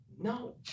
No